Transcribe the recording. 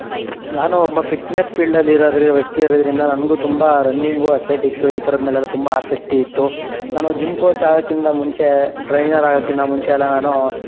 ನಾನು ಒಬ್ಬ ಫಿಟ್ನೆಸ್ ಫೀಲ್ಡಲ್ಲಿರೋ ವ್ಯಕ್ತಿ ಇರೊದರಿಂದ ನನಗೂ ತುಂಬ ರನ್ನಿಂಗು ಅತ್ಲೆಟಿಕ್ಸು ಈ ಥರದ್ಮೇಲಲ ತುಂಬ ಆಸಕ್ತಿ ಇತ್ತು ನಾನು ಜಿಮ್ ಕೋಚ್ ಆಗಕ್ಕಿಂತ ಮುಂಚೇ ಟ್ರೈನರ್ ಆಗಕ್ಕಿನ್ನ ಮುಂಚೆ ಎಲ್ಲ ನಾನು